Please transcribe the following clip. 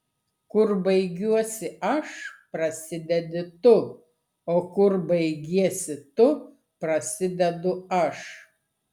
kur baigiuosi aš prasidedi tu o kur baigiesi tu prasidedu aš